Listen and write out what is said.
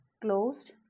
closed